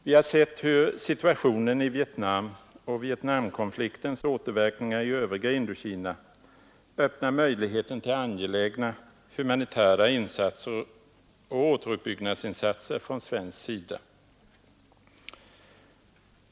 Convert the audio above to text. Vi har sett hur situationen i Vietnam och Vietnamkonfliktens återverkningar i övriga Indokina öppnar möjligheter till angelägna humanitära insatser och återuppbyggnadsinsatser från svensk sida.